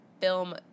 film